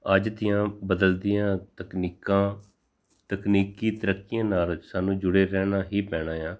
ਅੱਜ ਦੀਆਂ ਬਦਲਦੀਆਂ ਤਕਨੀਕਾਂ ਤਕਨੀਕੀ ਤਰੱਕੀਆਂ ਨਾਲ ਸਾਨੂੰ ਜੁੜੇ ਰਹਿਣਾ ਹੀ ਪੈਣਾ ਆ